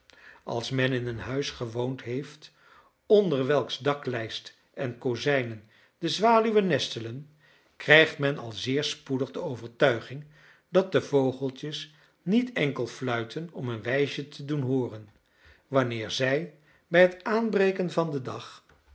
als men in een huis gewoond heeft onder welks daklijst en kozijnen de zwaluwen nestelen krijgt men al zeer spoedig de overtuiging dat de vogeltjes niet enkel fluiten om een wijsje te doen hooren wanneer zij bij het aanbreken van den dag